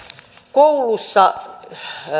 koulussa